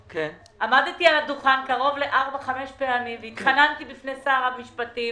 עמדתי על הדוכן קרוב לארבע-חמש פעמים והתחננתי בפני שר המשפטים